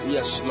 Yes